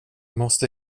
måste